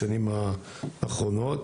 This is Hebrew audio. בשנים האחרונות.